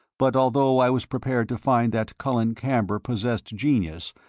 but although i was prepared to find that colin camber possessed genius,